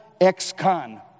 ex-con